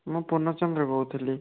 ମୁଁ ପୂର୍ଣ୍ଣଚନ୍ଦ୍ର କହୁଥିଲି